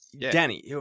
Danny